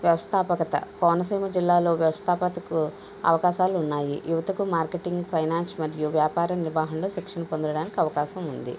వ్యవస్థాపకత కోనసీమ జిల్లాలో వ్యవస్థాకతకు అవకాశాలు ఉన్నాయి యువతకు మార్కెటింగ్ ఫైనాన్స్ మరియు వ్యాపార నిర్వహణలో శిక్షణ పొందడానికి అవకాశం ఉంది